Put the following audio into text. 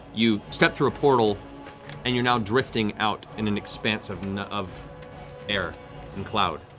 you step through a portal and you're now drifting out in an expanse of of air and cloud.